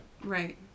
Right